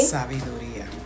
Sabiduría